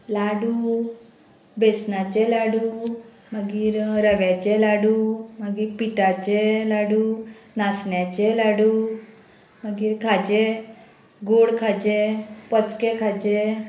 लाडू बेसनाचे लाडू मागीर रव्याचे लाडू मागीर पिठाचे लाडू नाचण्याचे लाडू मागीर खाजें गोड खाजें पचकें खाजें